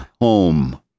home